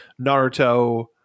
Naruto